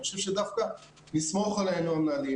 אני חושב שדווקא לסמוך עלינו המנהלים